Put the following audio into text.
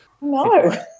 No